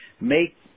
make